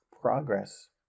progress